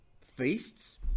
feasts